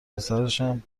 پسرشم